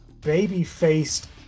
baby-faced